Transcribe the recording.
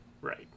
Right